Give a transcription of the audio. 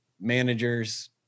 managers